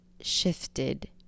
shifted